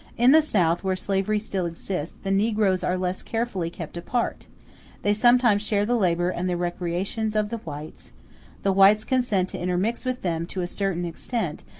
in the south, where slavery still exists, the negroes are less carefully kept apart they sometimes share the labor and the recreations of the whites the whites consent to intermix with them to a certain extent,